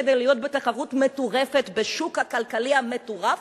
כדי להיות בתחרות מטורפת בשוק הכלכלי המטורף,